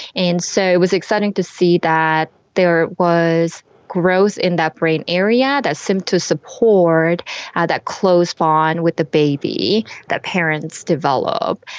and so it was exciting to see that there was growth in that brain area that seemed to support ah that close bond with the baby that parents develop.